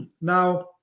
now